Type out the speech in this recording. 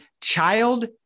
child